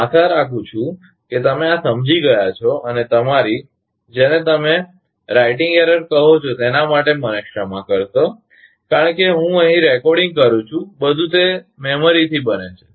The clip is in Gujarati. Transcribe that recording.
હું આશા રાખું છું કે તમે આ સમજી ગયા છો અને તમારી જેને તમે લેખન ભૂલ કહો છે તેના માટે મને ક્ષમા કરશો કારણ કે હું અહીં રેકોર્ડિંગ કરું છું અને બધું તે યાદગીરીથી બને છે